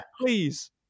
please